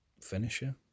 finisher